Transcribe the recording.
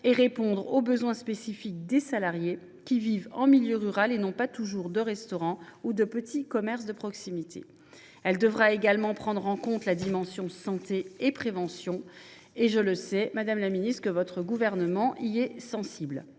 et répondre aux besoins spécifiques des salariés qui vivent en milieu rural et qui n’ont pas toujours de restaurant ou de petit commerce à proximité. Elle devra également prendre en compte la dimension santé et prévention. Je sais que votre gouvernement y est sensible.